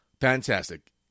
Fantastic